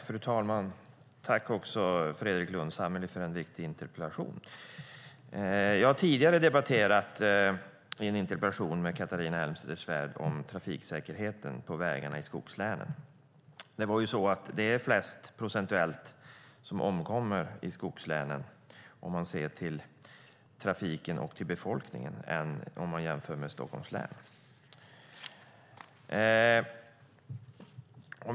Fru talman! Tack, Fredrik Lundh Sammeli, för en viktig interpellation. Jag har tidigare debatterat i en interpellationsdebatt med Catharina Elmsäter-Svärd om trafiksäkerheten på vägarna i skogslänen. Det är flest procentuellt som omkommer i skogslänen om man ser till trafiken och befolkningen jämfört med Stockholms län.